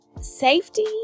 safety